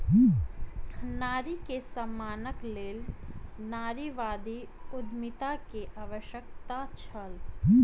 नारी के सम्मानक लेल नारीवादी उद्यमिता के आवश्यकता छल